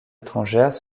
étrangères